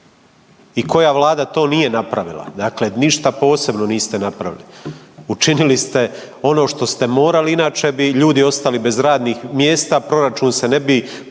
i koja Vlada to nije napravila? Dakle, ništa posebno niste napravili. Učinili ste ono što ste morali, inače bi ljudi ostali bez radnih mjesta, proračun se ne bi